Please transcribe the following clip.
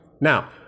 Now